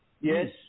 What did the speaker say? Yes